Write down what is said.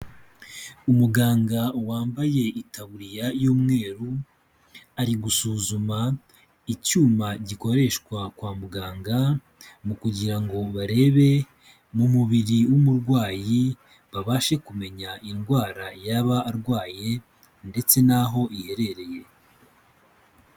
Umuganga wambaye itabuririya y'umweru, ari gusuzuma icyuma gikoreshwa kwa muganga, mu kugira ngo barebe mu mubiri w'umurwayi, babashe kumenya indwara yaba arwaye ndetse n'aho iherereye.